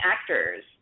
actors